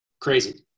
crazy